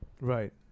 Right